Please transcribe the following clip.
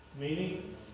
Meaning